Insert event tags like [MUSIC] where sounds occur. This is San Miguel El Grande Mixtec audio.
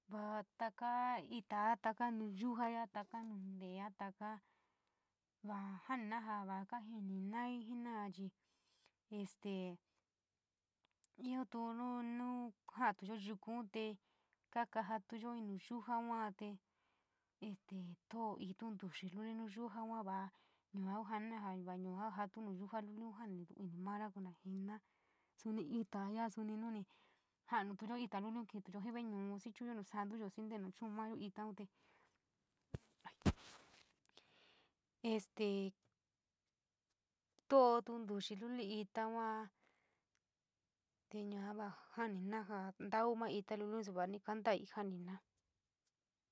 Vaa taka ita, taka nu yuja ya, taka nun leteo, taka vaa janíina ja maa jii noii jenoi o chi este io tuo nu, no jouatu yuku te kakajio tuo in nou yia yua te este tou in xitox loli nou yia yua yua joi ponna yua yua joi nou yia luliín jamito ini maii noii lima. Go nu ito yúa soní noni jamoto ito luli xii dou jii veniou xi chouno no santiyo xii tono choun mayo ndon te [NOISE] > este te loloi titi loli. Xa yua te yua va jonina gaa ntau maita luliun chi suni kantoi jaí´ina.